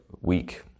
week